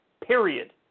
Period